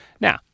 now